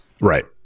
Right